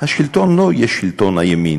לא שלעמותות הימין